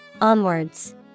Onwards